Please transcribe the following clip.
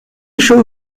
show